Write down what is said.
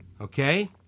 Okay